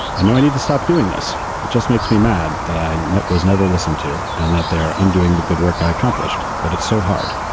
i know i need to stop doing this. it just makes me mad that i was never listened to and that they're undoing the good work i accomplished. but it's so hard.